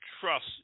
trust